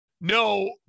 No